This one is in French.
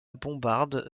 bombarde